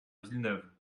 villeneuve